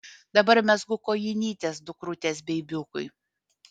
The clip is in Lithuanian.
dabar mezgu kojinytes dukrutės beibiukui